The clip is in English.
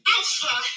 Alpha